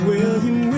William